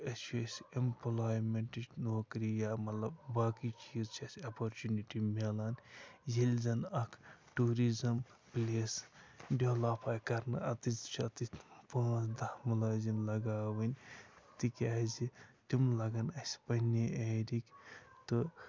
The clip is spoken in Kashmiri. اَسہِ چھُ یَس ایپمپٕلایمٮ۪نٹٕچ نوکری یا مطلب باقٕے چیٖز چھِ اَسہِ اٮ۪پارچُنِٹی میلان ییٚلہِ زَنہٕ اَکھ ٹوٗرِزٕم پِلیس ڈٮ۪ولَپ آیہِ کَرنہٕ اَتِچ چھِ اَتِچ پانٛژھ دَہ ملٲزِم لگاوٕنۍ تِکیٛازِ تِم لَگن اَسہِ پنٛنہِ ایرِہکۍ تہٕ